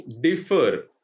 differ